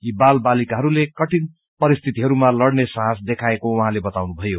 यी बाल बालिाकहरूले कठिन परिस्थितिमा लड़ने साहस देखाएको उहाँले बताउनुभयो